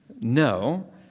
No